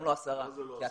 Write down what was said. מה זה לא עשרה?